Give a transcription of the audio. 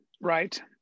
Right